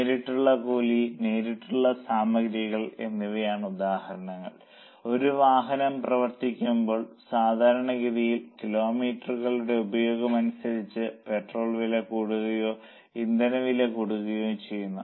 നേരിട്ടുള്ള കൂലി നേരിട്ടുള്ള സാമഗ്രികൾ എന്നിവയാണ് ഉദാഹരണങ്ങൾ ഒരു വാഹനം പ്രവർത്തിപ്പിക്കുമ്പോൾ സാധാരണഗതിയിൽ കിലോമീറ്ററുകളുടെ ഉപയോഗം അനുസരിച്ച് പെട്രോൾ വില കൂടുകയോ ഇന്ധനവില കൂടുകയോ ചെയ്യും